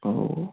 ഓഹ്